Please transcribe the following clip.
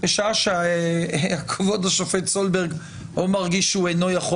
בשעה שכבוד השופט סולברג או מרגיש שהוא אינו יכול